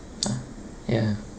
!huh! ya